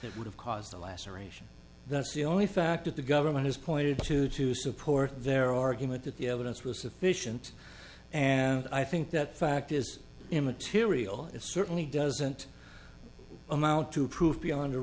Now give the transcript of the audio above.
that would have caused a laceration that's the only fact that the government has pointed to to support their argument that the evidence was sufficient and i think that fact is immaterial it certainly doesn't amount to prove beyond a